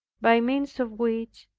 by means of which,